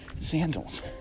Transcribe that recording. sandals